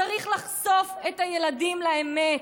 צריך לחשוף את הילדים לאמת,